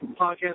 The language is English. podcast